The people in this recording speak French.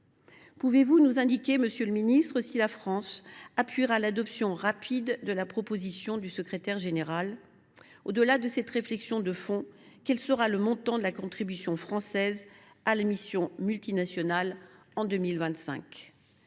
Pouvez vous nous indiquer, monsieur le ministre, si la France appuiera l’adoption rapide de la proposition du secrétaire général de l’ONU ? Au delà de cette réflexion de fond, quel sera le montant de la contribution française à la mission multinationale en 2025 ?